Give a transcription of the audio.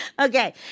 Okay